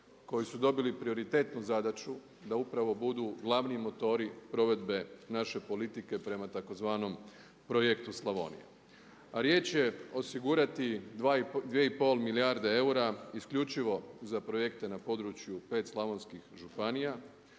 koji su dobili prioritetnu zadaću da upravo budu glavni motori provedbe naše politike prema našem tzv. Projektu Slavonija, riječ je osigurati 2,5 milijarde eura isključivo za projekte na području 5 slavonskih županija.